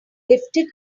lifted